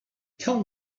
tell